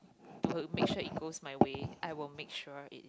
to make sure it goes my way I will make sure it